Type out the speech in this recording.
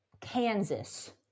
Kansas